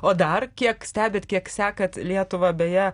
o dar kiek stebit kiek sekat lietuvą beje